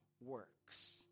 works